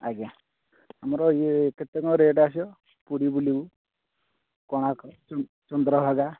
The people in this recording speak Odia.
ଆଜ୍ଞା ଆମର ଇଏ କେତେ କ'ଣ ରେଟ୍ ଆସିବ ପୁରୀ ବୁଲିବୁ କୋଣାର୍କ ଚନ୍ଦ୍ରଭାଗା